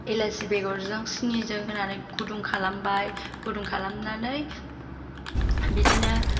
इलाइसि बेगरजों सिनिजों होनानै गुदुं खालामबाय गुदुं खालामनानै बिदिनो